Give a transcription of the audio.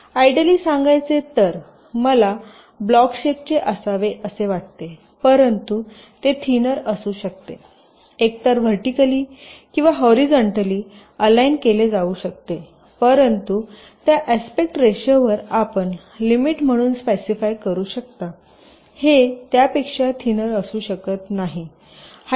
तरआइडली सांगायचे तर मला ब्लॉक शेप चे असावे असे वाटतेपरंतु ते थिनर असू शकतेएकतर व्हर्टीकली किंवा हॉरीझॉनटली अलाईन केले जाऊ शकते परंतु त्या आस्पेक्ट रेशोवर आपण लिमिट म्हणून स्पेसिफाय करू शकता हे त्यापेक्षा थिनर असू शकत नाही